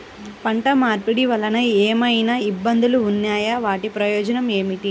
పంట మార్పిడి వలన ఏమయినా ఇబ్బందులు ఉన్నాయా వాటి ప్రయోజనం ఏంటి?